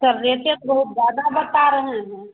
sir रेटे तो बहुत ज्यादा बता रहे हैं